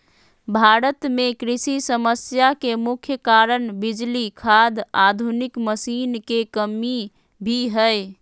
भारत में कृषि समस्या के मुख्य कारण बिजली, खाद, आधुनिक मशीन के कमी भी हय